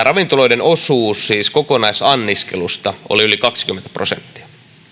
ravintoloiden osuus kokonaisanniskelusta oli yli kaksikymmentä prosenttia